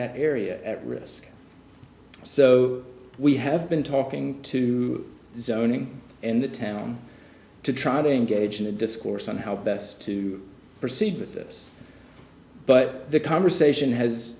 that area at risk so we have been talking to zone ing and the town to try to engage in a discourse on how best to proceed with this but the conversation has